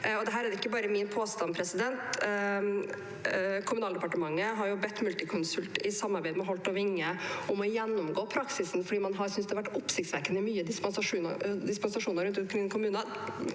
Dette er ikke bare min påstand. Kommunaldepartementet har bedt Multiconsult, i samarbeid med Holth & Winge, om å gjennomgå praksisen fordi man har syntes det har vært oppsiktsvekkende mye dispensasjoner rundt omkring i kommunene.